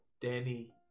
Danny